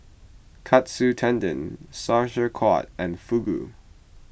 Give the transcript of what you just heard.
Katsu Tendon Sauerkraut and Fugu